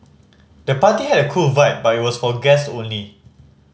the party had a cool vibe but was for guests only